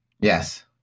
Yes